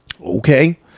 okay